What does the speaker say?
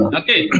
okay